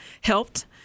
helped